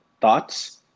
Thoughts